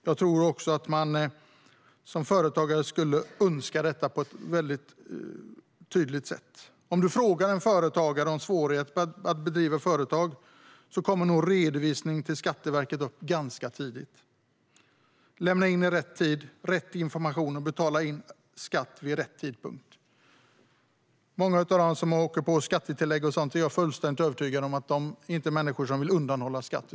Jag tror att företagare skulle önska detta på ett väldigt tydligt sätt. Om du frågar en företagare om svårigheten med att driva företag kommer nog redovisning till Skatteverket upp ganska tidigt. Det handlar om att lämna in i rätt tid med rätt information och att betala in skatt vid rätt tidpunkt. Jag är fullständigt övertygad om att många av dem som åker på skattetillägg och sådant inte är människor som vill undanhålla skatt.